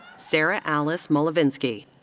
sara alice molovinsky.